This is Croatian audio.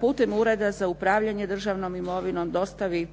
putem Ureda za upravljanje državnom imovinom dostavi